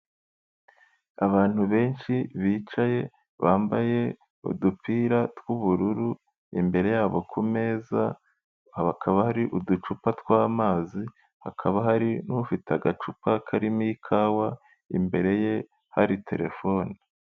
Abantu benshi bicaye bambaye udupira tw'ubururu, imbere yabo kumeza hakaba hari uducupa tw'amazi, hakaba hari n'ufite agacupa karimo ikawa imbere ye hari telefone.